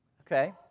Okay